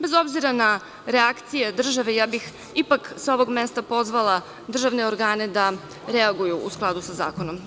Bez obzira na reakcije države, ja bih ipak sa ovog mesta pozvala državne organe da reaguju u skladu sa zakonom.